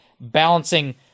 balancing